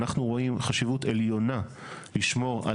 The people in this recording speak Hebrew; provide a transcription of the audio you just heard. אנחנו רואים חשיבות עליונה לשמור על